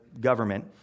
government